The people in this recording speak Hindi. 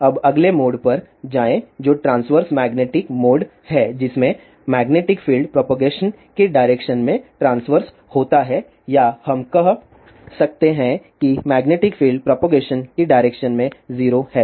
अब अगले मोड पर जाएं जो ट्रांस्वर्स मैग्नेटिक मोड है जिसमें मैग्नेटिक फील्ड प्रोपगेशन की डायरेक्शन में ट्रांस्वर्स होता है या हम कह सकते हैं कि मैग्नेटिक फील्ड प्रोपगेशन की डायरेक्शन में 0 है